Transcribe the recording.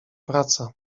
praca